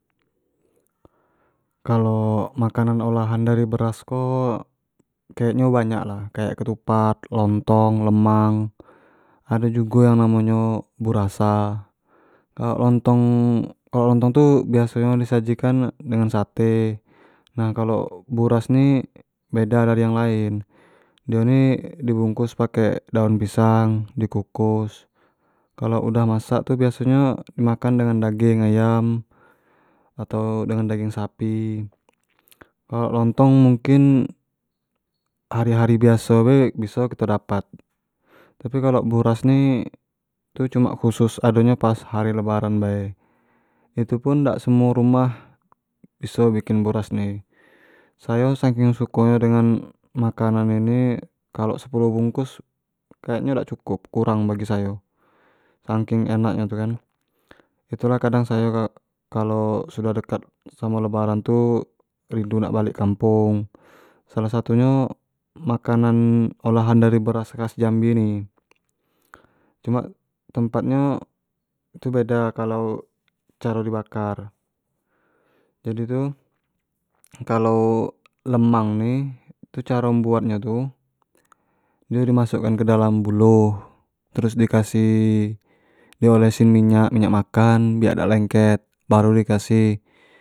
Kalo makanan olahan dari beras ko, kayak nyo banyak lah kayak ketupat, lontong, lemang, ado jugo yang namo nyo burasa kayak lontong, kalau lontong, tu biaso nyo di sajikan dengan sate nah kalo buras ni beda dari yang lain dio ni di bungkus pake daun pisang, di kukus kalo udah masak tu biaso nyo di makan dengan daging ayam, atau dengan daging sapi lontong tapi hari hari biaso be biso kito dapat, tapi kalo buras ni tu cuma khusus ado nyo ni pas hari lebaran be, itu pun dak semuo rumah biso bikin buras ni, sayo saking suko nyo dengan makanan ini, kalo sepuluh bungkus kayak nyo dak cukup kurang bgai sayo saking enak nyo tu kan, itu lah kadang sayo kalo udah dekat samo lebaran tu, rindu nak balek kampung, salah satu nyo makanan olahah dari beras khas jambi ni cuma tempat nyo tu beda kalau caro di bakar jadi tu kalau lemang ni tu caro buat nyo tu dio masuk an kedalam buluh terus di kasih, diolesin minyak, minyak makan biak dak lengket baru di kasih.